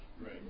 Right